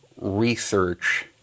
research